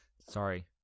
Sorry